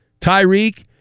Tyreek